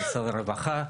למשרד הרווחה,